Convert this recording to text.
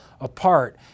apart